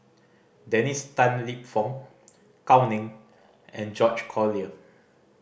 Dennis Tan Lip Fong Gao Ning and George Collyer